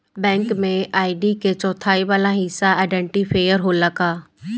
Bank में ID के चौथाई वाला हिस्सा में आइडेंटिफैएर होला का?